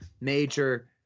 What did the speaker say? major